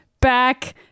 back